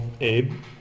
Abe